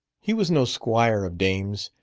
he was no squire of dames,